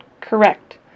Correct